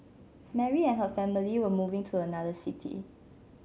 Mary and her family were moving to another city